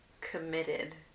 committed